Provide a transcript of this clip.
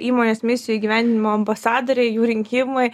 įmonės misijų įgyvendinimo ambasadoriai jų rinkimai